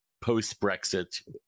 post-Brexit